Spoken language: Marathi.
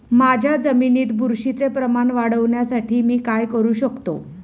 माझ्या जमिनीत बुरशीचे प्रमाण वाढवण्यासाठी मी काय करू शकतो?